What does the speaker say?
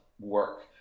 work